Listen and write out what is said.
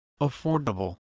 affordable